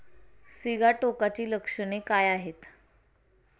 सिगाटोकाची लक्षणे काय आहेत?